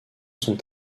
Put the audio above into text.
sont